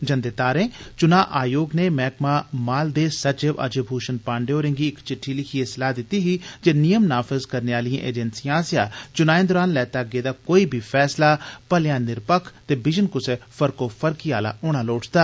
जंदे तारें चुनां आयोग नै मैह्कमा माल दे सचिव अजय भूषण पांडे होरें गी इक चिट्ठी लिखियै सलाह् दित्ती ही जे नियम नाफज़ करने आलिएं एजेंसिएं आस्सेआ चुनाएं दरान लैता गेदा कोई बी फैसला भलेयां निर्पक्ख ते बिजन कुसै फरकोफरकी आला होना लोड़चदा